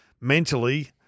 mentally